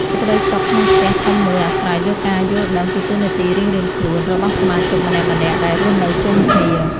សេចក្តីសុខក្នុងផ្ទះធំមួយអាស្រ័យលើការយល់ដឹងពីតួនាទីរៀងៗខ្លួនរបស់សមាជិកម្នាក់ៗដែលរស់នៅជុំគ្នា។